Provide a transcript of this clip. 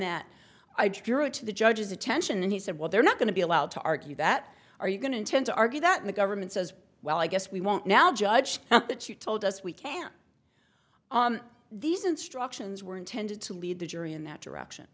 that i drove to the judge's attention and he said well they're not going to be allowed to argue that are you going to intend to argue that the government says well i guess we won't now judge that you told us we can't these instructions were intended to lead the jury in that direction